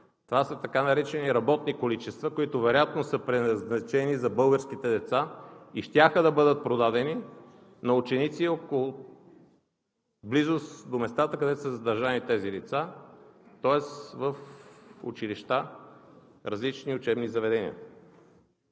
това са така наречени работни количества, които вероятно са предназначени за българските деца и щяха да бъдат продадени на ученици в близост до местата, където са задържани тези лица, тоест в училища и различни учебни заведения.